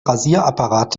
rasierapparat